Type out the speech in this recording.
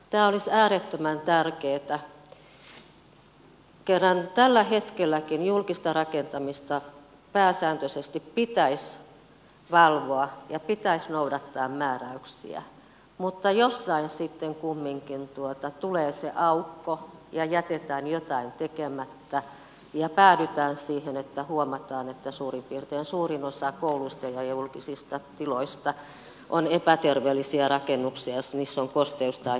tämä olisi äärettömän tärkeätä kun kerran tälläkin hetkellä julkista rakentamista pääsääntöisesti pitäisi valvoa ja pitäisi noudattaa määräyksiä mutta jossain sitten kumminkin tulee se aukko ja jätetään jotain tekemättä ja päädytään siihen että huomataan että suurin piirtein suurin osa kouluista ja julkisista tiloista on epäterveellisiä rakennuksia ja niissä on kosteus tai homeongelmia